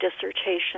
dissertation